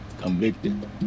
convicted